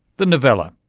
the novella,